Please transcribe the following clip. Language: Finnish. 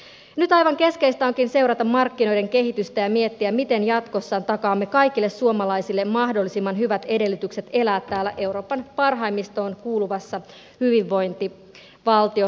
nyt aivan keskeistä onkin seurata markkinoiden kehitystä ja miettiä miten jatkossa takaamme kaikille suomalaisille mahdollisimman hyvät edellytykset elää täällä euroopan parhaimmistoon kuuluvassa hyvinvointivaltiossamme